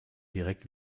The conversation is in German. direkt